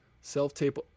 Self-tape